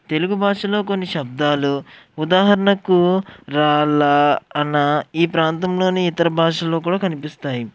తెలుగు భాషలో కొన్ని శబ్దాలు ఉదాహరణకు రాళ్ళ అణ ఈ ప్రాంతంలోని ఇతర భాషల్లో కూడా కనిపిస్తాయి